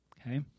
okay